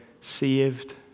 Saved